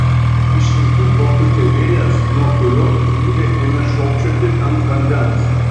iš rytų papūtė vėjas nuo kurio plūdė ėmė šokčioti ant vandens